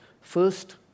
first